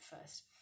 first